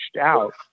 out